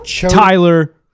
Tyler